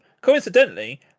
coincidentally